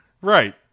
Right